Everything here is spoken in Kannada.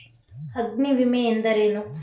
ಅಗ್ನಿವಿಮೆ ಎಂದರೇನು?